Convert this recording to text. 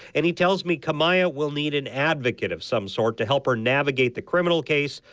and he tells me kamiyah will need an advocate of some sort to help her navigate the criminal case,